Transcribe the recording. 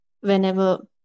whenever